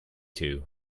two